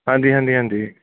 ਹਾਂਜੀ ਹਾਂਜੀ ਹਾਂਜੀ